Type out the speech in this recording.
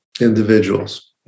individuals